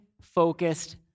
focused